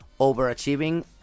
overachieving